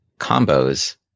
combos